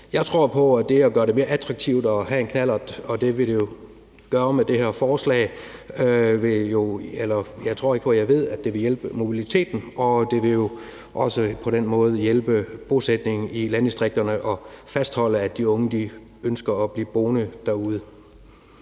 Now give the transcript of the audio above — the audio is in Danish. Jeg tror på, at det at gøre det mere attraktivt at have en knallert, og det er det, som her forslag jo vil gøre, vil hjælpe på mobiliteten, og det vil jo også på den måde hjælpe på bosætningen i landdistrikterne og med at fastholde, at de unge ønsker at blive boende derude.